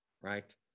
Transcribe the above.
right